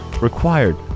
required